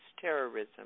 terrorism